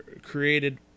created